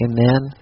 Amen